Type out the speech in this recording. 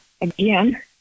again